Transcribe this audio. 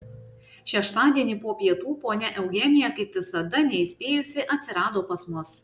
šeštadienį po pietų ponia eugenija kaip visada neįspėjusi atsirado pas mus